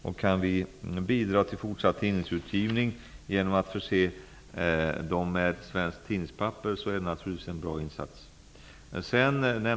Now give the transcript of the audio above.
Om vi kan bidra till fortsatt tidningsutgivning genom att tillhandahålla svenskt tidningspapper är det naturligtvis en bra insats.